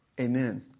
Amen